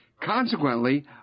Consequently